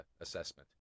assessment